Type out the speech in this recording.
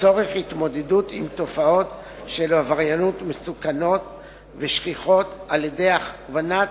לצורך התמודדות עם תופעות עבריינות מסוכנות ושכיחות על-ידי הכוונת